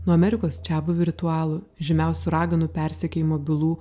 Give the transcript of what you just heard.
nuo amerikos čiabuvių ritualų žymiausių raganų persekiojimo bylų